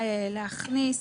מי נמנע?